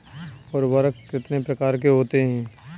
उर्वरक कितने प्रकार के होते हैं?